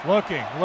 Looking